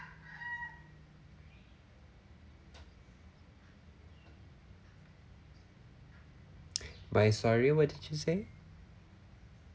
by sorry what did you say